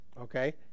Okay